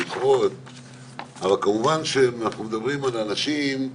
אבל כמובן שאנחנו מדברים על אנשים,